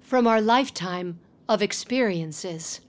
from our lifetime of experiences